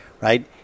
right